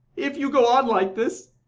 if you go on like this,